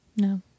No